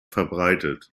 verbreitet